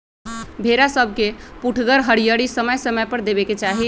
भेड़ा सभके पुठगर हरियरी समय समय पर देबेके चाहि